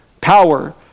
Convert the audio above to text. Power